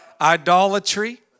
Idolatry